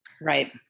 Right